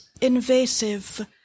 invasive